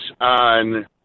on